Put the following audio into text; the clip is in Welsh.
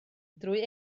drwy